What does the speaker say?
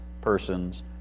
persons